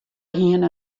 hiene